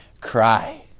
cry